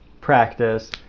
practice